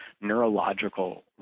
neurological